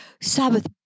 sabbath